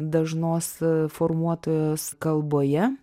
dažnos formuotojos kalboje